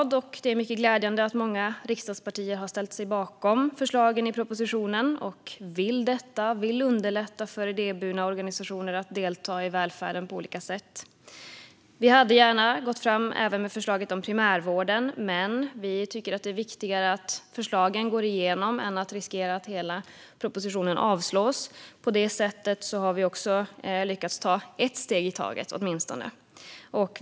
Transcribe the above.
Det är mycket glädjande att många riksdagspartier har ställt sig bakom förslagen i propositionen och vill underlätta för idéburna organisationer att delta i välfärden på olika sätt. Vi hade gärna gått fram även med förslaget om primärvården, men vi tycker att det är viktigare att förslagen går igenom än att riskera att hela propositionen avslås. På det sättet har vi också lyckats att ta åtminstone ett steg.